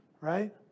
right